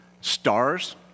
stars